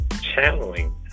channeling